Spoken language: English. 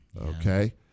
Okay